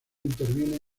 interviene